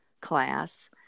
class